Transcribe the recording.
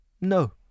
no